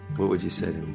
what would you say